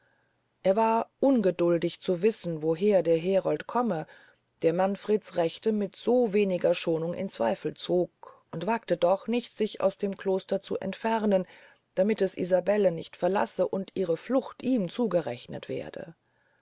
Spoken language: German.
er war ungeduldig zu wissen woher der herold komme der manfreds rechte mit so weniger schonung in zweifel zog und wagte doch nicht sich aus dem kloster zu entfernen damit es isabelle nicht verlasse und ihre flucht ihm zugerechnet werde